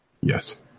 Yes